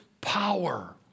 power